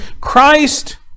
Christ